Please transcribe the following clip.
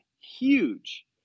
Huge